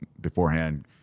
beforehand